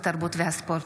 התרבות והספורט.